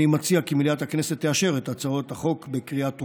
אני מציע כי מליאת הכנסת תאשר את הצעות החוק בקריאה טרומית.